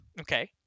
Okay